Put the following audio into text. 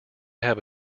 have